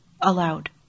allowed